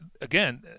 again –